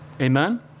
amen